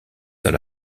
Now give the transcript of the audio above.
dans